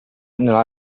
nella